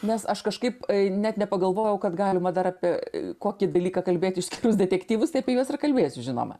nes aš kažkaip net nepagalvojau kad galima dar apie kokį dalyką kalbėti išskyrus detektyvus apie juos ir kalbėsiu žinoma